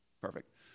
Perfect